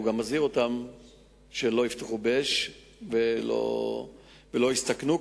שלא יפתחו באש ולא יסתכנו,